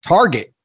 Target